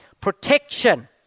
protection